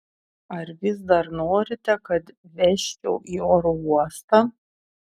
ar vis dar norite kad vežčiau į oro uostą